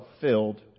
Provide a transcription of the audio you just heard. filled